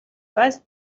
weist